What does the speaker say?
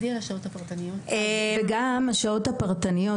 וגם השעות הפרטניות,